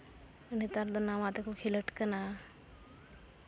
ᱱᱮᱛᱟᱨ ᱫᱚ ᱱᱟᱣᱟ ᱛᱮᱠᱚ ᱠᱷᱮᱞᱳᱰ ᱠᱟᱱᱟ